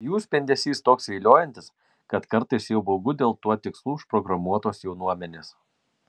jų spindesys toks viliojantis kad kartais jau baugu dėl tuo tikslu užprogramuotos jaunuomenės